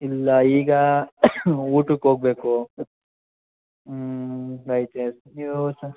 ಇಲ್ಲ ಈಗ ಊಟಕ್ಕೆ ಹೋಗಬೇಕು ಊಂ ಐತೆ ನೀವು ಸ